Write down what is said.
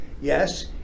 Yes